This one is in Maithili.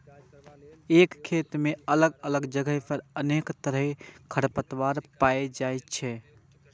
एके खेत मे अलग अलग जगह पर अनेक तरहक खरपतवार पाएल जाइ छै